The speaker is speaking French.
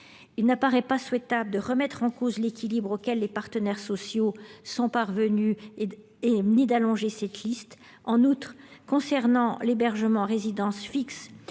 Il ne paraît pas souhaitable de remettre en cause l’équilibre auquel les partenaires sociaux sont parvenus ou d’allonger cette liste. En outre, concernant l’hébergement en résidence fixe,